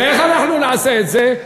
ואיך אנחנו נעשה את זה?